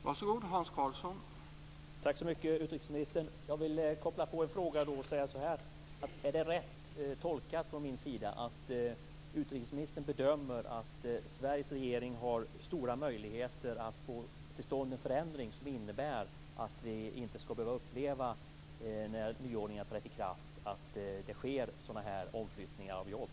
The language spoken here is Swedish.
Herr talman! Tack så mycket utrikesministern! Jag vill koppla på en fråga: Är det rätt tolkat från min sida att utrikesministern bedömer att Sveriges regering har stora möjligheter att få till stånd en förändring som innebär att vi inte skall behöva uppleva, när nyordningen trätt i kraft, att det sker sådana här omflyttningar av jobb?